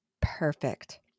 Perfect